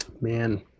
man